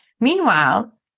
Meanwhile